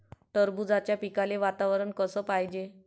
टरबूजाच्या पिकाले वातावरन कस पायजे?